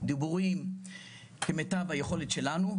דיבורים כמיטב היכולת שלנו,